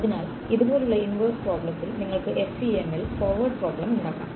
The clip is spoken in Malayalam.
അതിനാൽ ഇതുപോലുള്ള ഇൻവേഴ്സ് പ്രോബ്ളത്തിൽ നിങ്ങൾക്ക് FEM ൽ ഫോർവേഡ് പ്രോബ്ലം ഉണ്ടാക്കാം